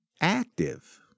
active